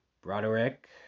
Broderick